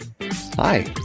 hi